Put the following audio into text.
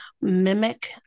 mimic